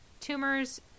tumors